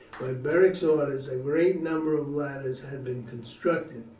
by beric's orders a great number of ladders had been constructed.